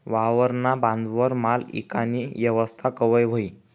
वावरना बांधवर माल ईकानी येवस्था कवय व्हयी?